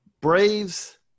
Braves